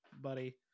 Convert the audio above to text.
buddy